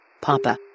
Papa